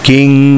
King